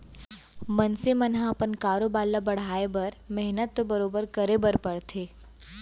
मनसे मन ह अपन कारोबार ल बढ़ाए बर मेहनत तो बरोबर करे बर परथे